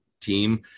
team